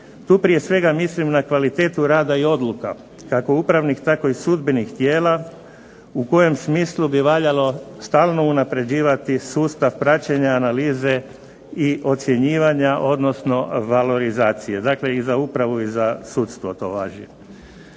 Tu prije svega mislim na kvalitetu rada i odluka kako upravnih tako i sudbenih tijela u kojem smislu bi valjalo stalno unapređivati sustav praćenja analize i ocjenjivanja, odnosno valorizacije. Dakle, i za upravu i za sudstvo to važi.